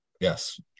yes